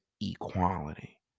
equality